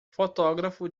fotógrafo